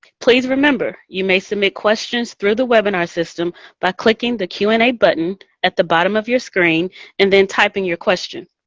please remember, you may submit questions through the webinar system by clicking the q and a button at the bottom of your screen and then typing your question.